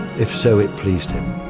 if so it pleased him.